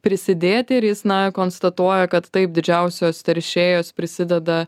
prisidėt ir jis na konstatuoja kad taip didžiausios teršėjos prisideda